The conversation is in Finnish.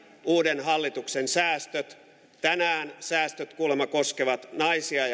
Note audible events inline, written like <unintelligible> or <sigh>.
uuden hallituksen säästöt tänään säästöt kuulemma koskevat naisia <unintelligible>